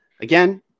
again